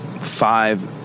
Five